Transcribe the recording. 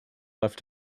left